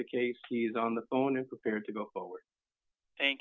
the case he's on the phone and prepared to go forward